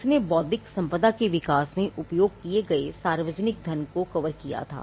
इसने बौद्धिक संपदा के विकास में उपयोग किए गए सार्वजनिक धन को कवर किया था